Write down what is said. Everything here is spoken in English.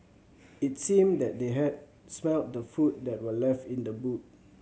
it seemed that they had smelt the food that were left in the boot